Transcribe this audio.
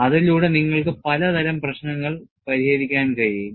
അതിലൂടെ നിങ്ങൾക്ക് പലതരം പ്രശ്നങ്ങൾ പരിഹരിക്കാൻ കഴിയും